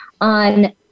on